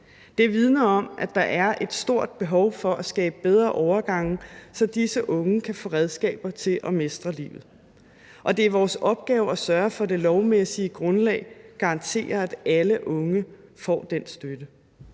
Det vidner om, at der er et stort behov for at skabe bedre overgange, så disse unge kan få redskaber til at mestre livet, og det er vores opgave at sørge for, at det lovmæssige grundlag garanterer, at alle unge får den støtte.